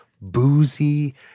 boozy